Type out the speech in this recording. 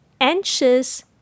anxious